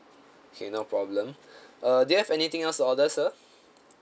okay no problem uh do you have anything else to order sir